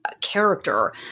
Character